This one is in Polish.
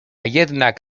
jednak